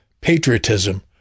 patriotism